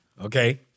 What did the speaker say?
Okay